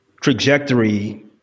trajectory